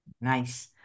Nice